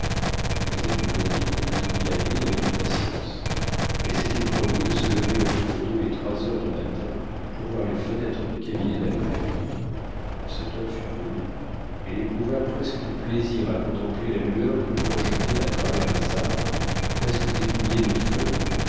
mademoiselle de watteville attendit la nuit avec impatience elle s'était promis de se lever entre deux et trois heures du matin pour voir les fenêtres du cabinet d'albert quand cette heure fut venue elle éprouva presque du plaisir à contempler la lueur que projetaient à travers les arbres presque dépouillés de feuilles